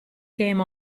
came